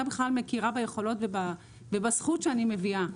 בכלל מכירה ביכולות ובזכות שאני מביאה.